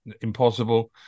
impossible